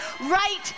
right